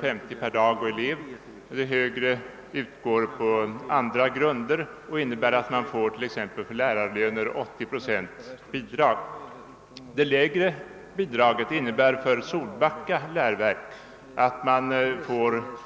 6: 50 per dag och elev, medan det högre utgår på andra grunder och innebär att man t.ex. får 80 procent av lärarlönerna. Det lägre bidraget innebär för Solbacka läroverk att man får endast